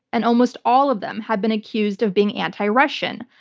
and almost all of them have been accused of being anti-russian,